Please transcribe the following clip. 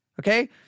okay